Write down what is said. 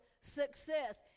success